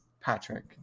Patrick